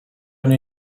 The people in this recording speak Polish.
mnie